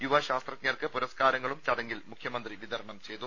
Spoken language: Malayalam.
യുവശാസ്ത്രജ്ഞർക്ക് പുരസ്കാരങ്ങളും ചടങ്ങിൽ മുഖ്യമന്ത്രി വിതരണം ചെയ്തു